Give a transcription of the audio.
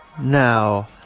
now